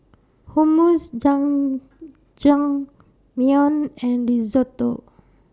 Hummus Jajangmyeon and Risotto